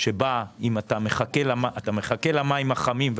שאתה מחכה למים החמים,